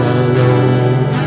alone